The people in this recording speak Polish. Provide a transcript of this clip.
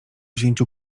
wzięciu